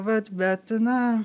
vat bet na